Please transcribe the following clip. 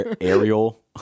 Ariel